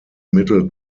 middle